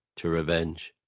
to revenge.